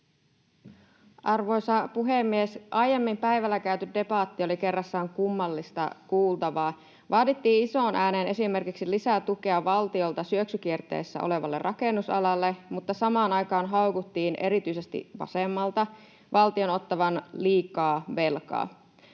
Arvoisa puhemies! Aiemmin päivällä käyty debatti oli kerrassaan kummallista kuultavaa. Vaadittiin isoon ääneen esimerkiksi lisätukea valtiolta syöksykierteessä olevalle rakennusalalle mutta samaan aikaan erityisesti vasemmalta haukuttiin valtion ottavan liikaa velkaa.